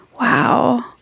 Wow